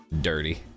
dirty